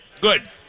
Good